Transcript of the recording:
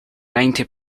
ninety